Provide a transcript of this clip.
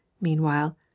Meanwhile